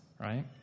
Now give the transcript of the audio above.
right